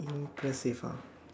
impressive ah